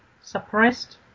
suppressed